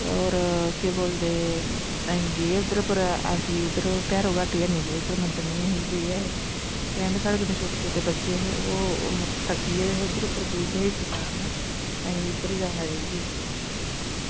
होर कोेह् बोलदे अस गे हे उद्धर भैरो घाटी नी गे उद्धर नी अस गे हे कैं कि साढ़े कन्नैं छोटे छोटे बच्चे हे ओह् थक्की गे दे हे उध्दर उप्पर पुजदे इस कारन अस उध्दर जाना रेहिये